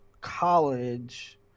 college